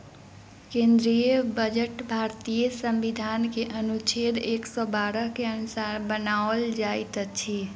केंद्रीय बजट भारतीय संविधान के अनुच्छेद एक सौ बारह के अनुसार बनाओल जाइत अछि